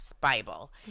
Bible